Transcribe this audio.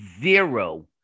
zero